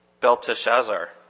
Belteshazzar